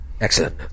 excellent